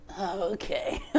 okay